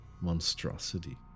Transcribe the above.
monstrosity